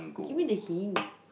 you give me the hint